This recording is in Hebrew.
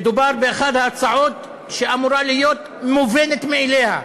מדובר באחת ההצעות שאמורה להיות מובנת מאליה,